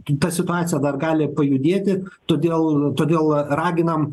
ta situacija dar gali pajudėti todėl todėl raginam